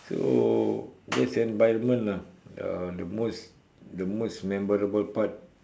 so that's the environment lah the most the most memorable part